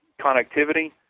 connectivity